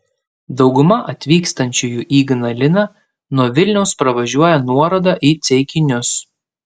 dauguma atvykstančiųjų į ignaliną nuo vilniaus pravažiuoja nuorodą į ceikinius